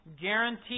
guaranteed